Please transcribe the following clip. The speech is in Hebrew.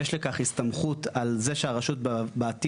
יש לכך הסתמכות על זה שהרשות בעתיד